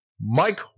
Mike